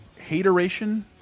Hateration